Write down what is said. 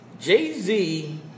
Jay-Z